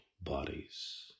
bodies